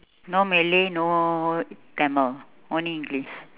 no malay no tamil only english